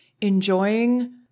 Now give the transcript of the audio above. enjoying